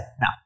Now